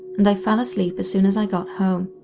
and i fell asleep as soon as i got home.